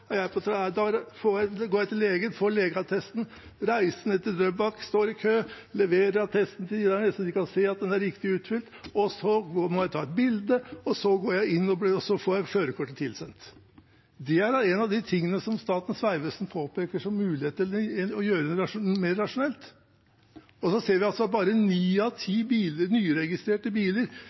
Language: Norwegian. jeg til legen, får legeattest, reiser ned til Drøbak, står i kø, leverer attesten så de kan se at den er riktig utfylt. Så må jeg ta et bilde – og så får jeg førerkortet tilsendt. Dette er en av de tingene som Statens vegvesen påpeker som mulig å gjøre mer rasjonelt. Og så ser vi at bare ni av ti nyregistrerte biler